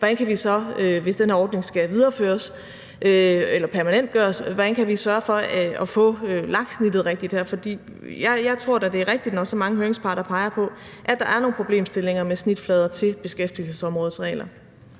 vi så kan sørge for, hvis den her ordning skal videreføres eller permanentgøres, at få lagt snittet rigtigt her. For jeg tror da, det er rigtigt, når der er så mange høringssvar, der pegede på det, at der er nogle problemstillinger med snitflader til beskæftigelsesområdets regler.